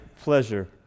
pleasure